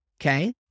okay